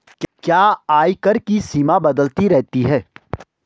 क्या आयकर की सीमा बदलती रहती है?